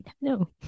no